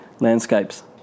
landscapes